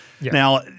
Now